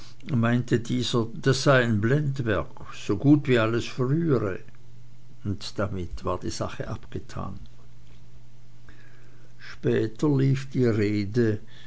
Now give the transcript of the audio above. meinte dieser das sei ein blendwerk so gut wie alles frühere und damit war die sache abgetan später lief die rede